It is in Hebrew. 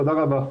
תודה רבה.